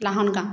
Lahangaon